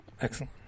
excellent